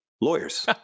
lawyers